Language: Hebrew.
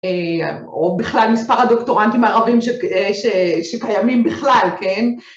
‫או בכלל מספר הדוקטורנטים הערבים ‫שקיימים בכלל, כן?